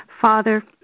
Father